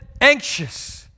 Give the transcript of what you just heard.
anxious